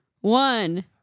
one